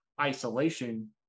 isolation